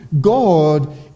God